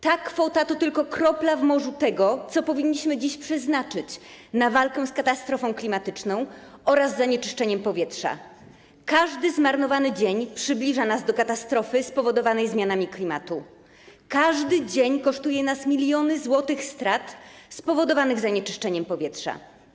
Ta kwota to tylko kropla w morzu tego, co powinniśmy dziś przeznaczyć na walkę z katastrofą klimatyczną oraz zanieczyszczeniem powietrza, bo każdy zmarnowany dzień przybliża nas do katastrofy spowodowanej zmianami klimatu, każdy dzień kosztuje nas miliony złotych strat spowodowanych zanieczyszczeniem powietrza.